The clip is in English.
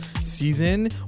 season